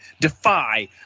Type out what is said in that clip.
Defy